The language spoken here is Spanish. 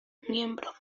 miembro